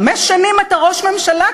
חמש שנים אתה ראש ממשלה,